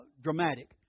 dramatic